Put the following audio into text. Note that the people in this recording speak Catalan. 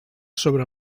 sobre